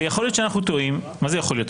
ויכול להיות שאנחנו טועים, מה זה יכול להיות?